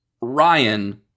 Ryan